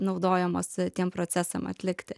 naudojamos tiem procesam atlikti